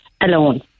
alone